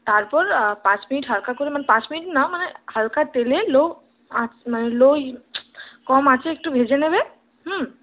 তারপর পাঁচ মিনিট হালকা করে মানে পাঁচ মিনিট না মানে হালকা তেলে লো আঁচ মানে লো কম আঁচে একটু ভেজে নেবে হুম